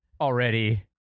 already